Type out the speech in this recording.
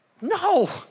No